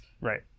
Right